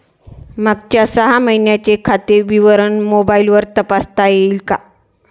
मागच्या सहा महिन्यांचे खाते विवरण मोबाइलवर तपासता येईल का?